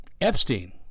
Epstein